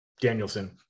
Danielson